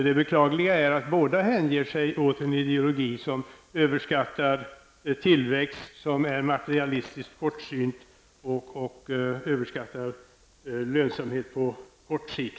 Det beklagliga är att båda partierna hänger sig åt en ideologi som överskattar tillväxt, som är materialistiskt kortsynt och överskattar lönsamhet på kort sikt.